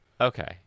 Okay